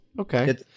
Okay